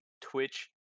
Twitch